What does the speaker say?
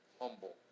humble